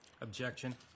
Objection